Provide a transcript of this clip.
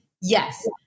Yes